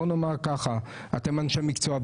נאמר ככה אתם אנשי המקצוע,